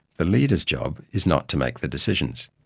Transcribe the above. the leader's job is not to make the decisions,